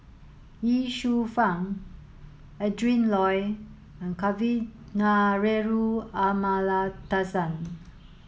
Ye Shufang Adrin Loi and Kavignareru Amallathasan